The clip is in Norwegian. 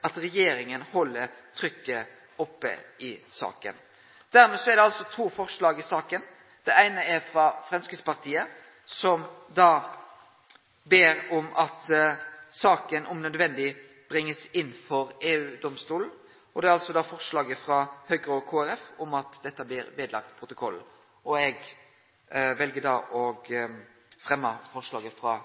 at regjeringa held trykket oppe i saka. Dermed er det altså to forslag i saka. Det eine er frå Framstegspartiet, som ber om at saka om nødvendig blir bringa inn for EU-domstolen, og det er forslaget frå Høgre og Kristeleg Folkeparti om at dette blir vedlagt protokollen. Eg vel da å fremje forslaget frå